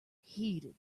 heeded